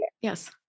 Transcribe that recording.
Yes